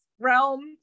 realm